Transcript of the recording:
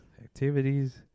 activities